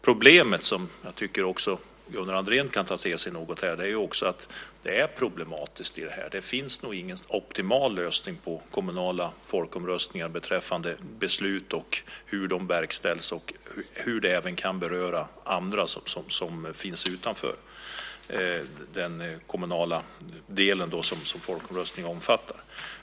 Problemet, som jag också tycker att Gunnar Andrén kan ta till sig något här, är att det nog inte finns någon optimal lösning när det gäller folkomröstningar beträffande beslut, hur de verkställs och hur de även kan beröra andra som finns utanför den kommun som folkomröstningen omfattar.